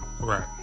Right